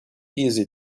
easy